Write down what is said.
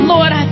Lord